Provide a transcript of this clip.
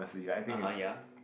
(uh huh) ya